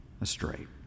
astray